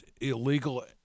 illegal